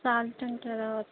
salt అంటారా